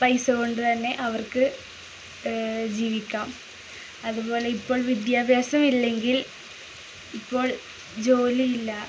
പൈസ കൊണ്ടു തന്നെ അവർക്കു ജീവിക്കാം അതുപോലെ ഇപ്പോൾ വിദ്യാഭ്യാസമില്ലെങ്കിൽ ഇപ്പോൾ ജോലിയില്ല